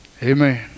Amen